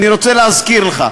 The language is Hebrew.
אני רוצה להזכיר לך.